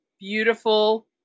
beautiful